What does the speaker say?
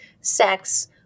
sex